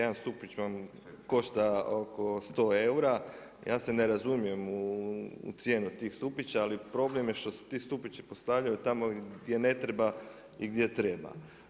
Jedan stupić vam košta oko 100 eura, ja se ne razumijem u cijenu tih stupića, ali problem je što se ti stupići postavljaju tamo gdje ne treba i gdje treba.